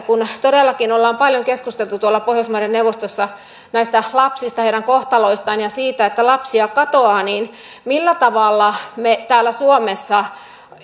kun todellakin ollaan paljon keskusteltu tuolla pohjoismaiden neuvostossa näistä lapsista heidän kohtaloistaan ja siitä että lapsia katoaa niin millä tavalla me täällä suomessa